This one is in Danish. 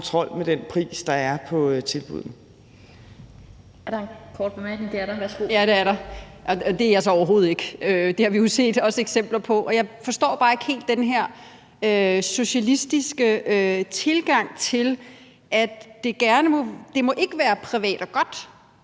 er der. Værsgo. Kl. 11:42 Mette Thiesen (NB): Ja, det er der – og det er jeg så overhovedet ikke! Det har vi jo også set eksempler på. Og jeg forstår bare ikke helt den her socialistiske tilgang til, at det ikke må være privat og godt,